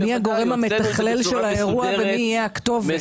מי הגורם המתכלל של האירוע ומי יהיה הכתובת.